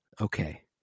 okay